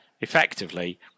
effectively